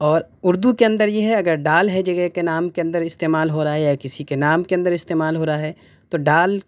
اور اردو کے اندر یہ ہے اگر ڈال ہے جگہ کے نام کے اندر استعمال ہو رہا ہے یا کسی کے نام کے اندر استعمال ہو رہا ہے تو ڈال